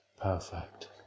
Perfect